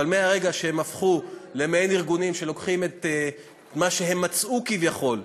אבל מהרגע שהם הפכו למעין ארגונים שלוקחים את מה שהם מצאו כביכול,